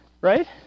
Right